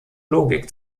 logik